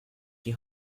die